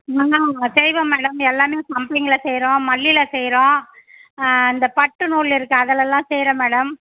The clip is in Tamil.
ஆ செய்வோம் மேடம் எல்லாமே சம்மங்கியில் செய்றோம் மல்லியில் செய்கிறோம் இந்த பட்டு நூல் இருக்குது அதிலல்லாம் செய்கிறோம் மேடம்